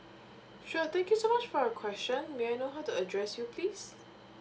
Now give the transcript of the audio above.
sure thank you so much for your question may I know how to address you please